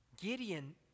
Gideon